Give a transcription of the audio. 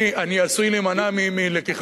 אני עשוי להימנע מלקיחת,